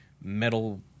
metal